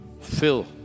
Fill